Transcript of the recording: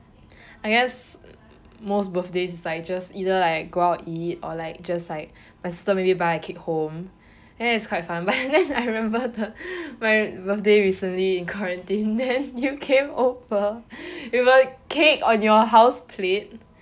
I guess most birthdays is like just either like go out eat or like just like my sister maybe buy a cake home and then is quite fun but then I remember the my birthday recently in quarantine then you came over with a cake on your house plate